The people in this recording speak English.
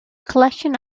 collection